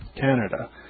Canada